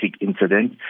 incident